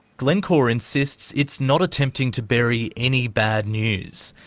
glencore insists it's not attempting to bury any bad news.